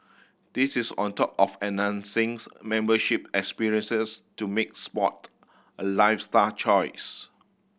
this is on top of membership experiences to make sport a lifestyle choice